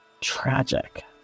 tragic